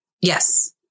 Yes